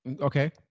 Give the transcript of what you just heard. okay